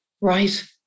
Right